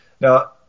Now